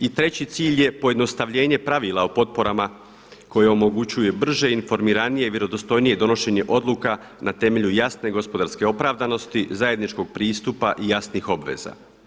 I treći cilj je pojednostavljenje pravila o potporama koje omogućuje brže, informiranije, vjerodostojnije donošenje odluka na temelju jasne gospodarske opravdanosti, zajedničkog pristupa i jasnih obveza.